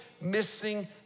missing